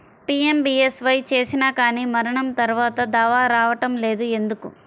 PMBSY చేసినా కానీ మరణం తర్వాత దావా రావటం లేదు ఎందుకు?